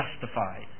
justified